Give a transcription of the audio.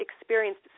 experienced